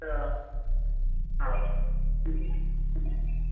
त हा